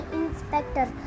inspector